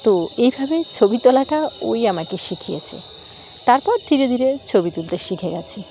তো এইভাবে ছবি তোলাটা ওই আমাকে শিখিয়েছে তারপর ধীরে ধীরে ছবি তুলতে শিখে গিয়েছি